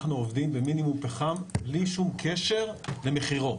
אנחנו עובדים במינימום פחם בלי שום קשר למחירו.